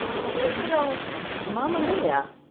it just makes me go mamma mia,